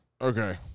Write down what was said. Okay